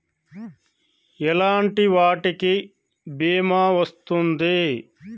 ఎలాంటి వాటికి బీమా వస్తుంది?